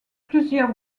plusieurs